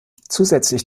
zusätzlich